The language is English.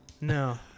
No